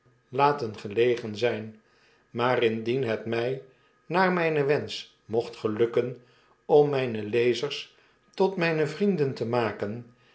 laten gelegen zijn maar indien het my naar mynen wensch mocht gelukken om mpe lezers totmyne vrienden te maken